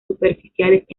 superficiales